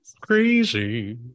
Crazy